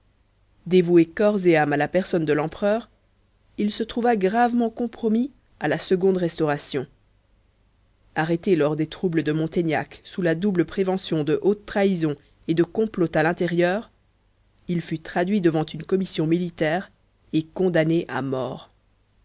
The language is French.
dévoué corps et âme à la personne de l'empereur il se trouva gravement compromis à la seconde restauration arrêté lors des troubles de montaignac sous la double prévention de haute trahison et de complot à l'intérieur il fut traduit devant une commission militaire et condamné à mort